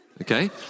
Okay